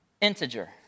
integer